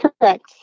Correct